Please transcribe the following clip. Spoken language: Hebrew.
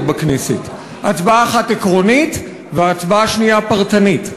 בכנסת: הצבעה אחת עקרונית והצבעה שנייה פרטנית.